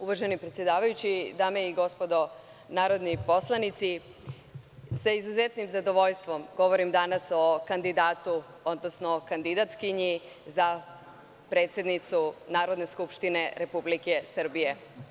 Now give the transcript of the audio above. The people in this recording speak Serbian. Uvaženi predsedavajući, dame i gospodo narodni poslanici, sa izuzetnim zadovoljstvom govorim danas o kandidatu, odnosno kandidatkinji za predsednicu Narodne skupštine Republike Srbije.